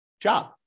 job